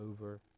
over